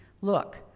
Look